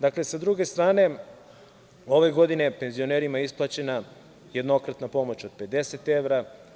Dakle, sa druge strane, ove godine penzionerima je isplaćena jednokratna pomoć od 50 evra.